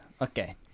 Okay